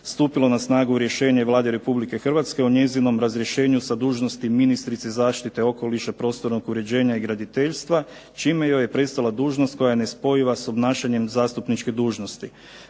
stupilo na snagu rješenje Vlade Republike Hrvatske o njezinom razrješenju sa dužnosti ministrice zaštite okoliša, prostornog uređenja i graditeljstva čime joj je prestala dužnost koja je nespojiva sa obnašanjem zastupničke dužnosti.